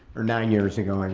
or nine years ago and